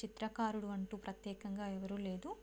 చిత్రకారుడు అంటూ ప్రత్యేకంగా ఎవరూ లేరు